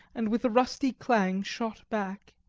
and, with a rusty clang, shot back.